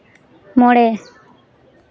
ᱢᱚᱬᱮ